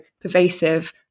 pervasive